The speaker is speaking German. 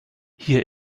hier